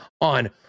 on